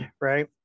right